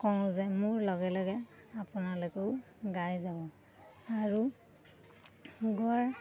কওঁ যে মোৰ লগে লগে আপোনালোকেও গাই যাব আৰু গোৱাৰ